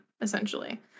essentially